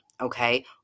okay